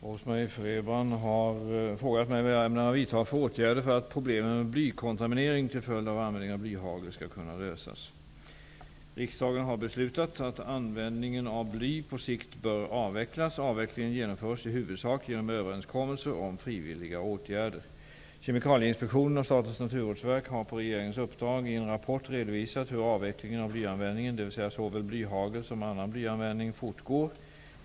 Herr talman! Rose-Marie Frebran har frågat mig vad jag ämnar att vidta för åtgärder för att problemen med blykontaminering till följd av användning av blyhagel skall kunna lösas. Avvecklingen genomförs i huvudsak genom överenskommelser om frivilliga åtgärder. Kemikalieinspektionen och Statens naturvårdsverk har på regeringens uppdrag i en rapport redovisat hur avvecklingen av blyanvändningen, dvs. såväl blyhagel som annan blyanvändning, fortgår.